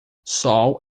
sol